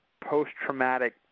post-traumatic –